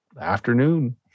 afternoon